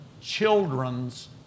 children's